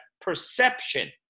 perception